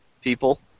people